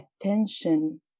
attention